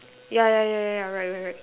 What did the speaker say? yeah yeah yeah yeah yeah right right right